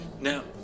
Now